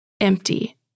empty